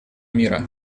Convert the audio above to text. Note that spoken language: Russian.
мира